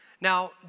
Now